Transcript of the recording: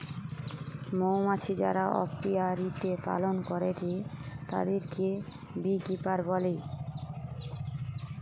মৌমাছি যারা অপিয়ারীতে পালন করেটে তাদিরকে বী কিপার বলে